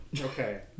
Okay